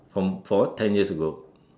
from what ten years ago